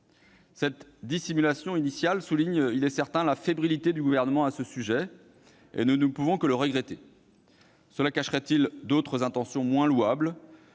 Cette dissimulation initiale souligne certainement la fébrilité du Gouvernement à ce sujet, et nous ne pouvons que le regretter. Cela cacherait-il d'autres intentions moins louables ?